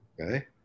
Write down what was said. okay